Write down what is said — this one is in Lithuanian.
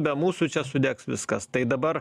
be mūsų čia sudegs viskas tai dabar